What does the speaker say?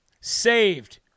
saved